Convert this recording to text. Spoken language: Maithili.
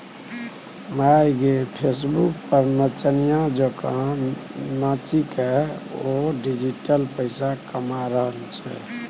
माय गे फेसबुक पर नचनिया जेंका नाचिकए ओ डिजिटल पैसा कमा रहल छै